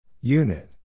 Unit